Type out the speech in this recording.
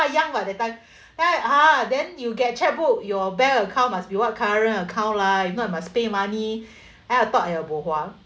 I young [what] that time then I ha then you get chequebook your bank account must be what current account lah if not must pay money and I thought !aiya! bo hua